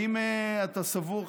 האם אתה סבור,